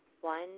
One